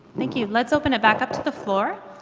thank you let's open it back up to the floor.